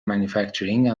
manufacturing